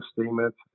statement